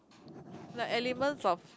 like elements of